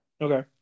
Okay